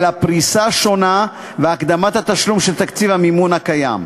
אלא פריסה שונה והקדמת התשלום של תקציב המימון הקיים.